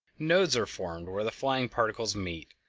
nodes are formed where the flying particles meet,